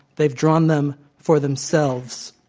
they've drawn them for themselves.